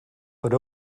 but